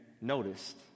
noticed